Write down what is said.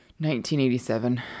1987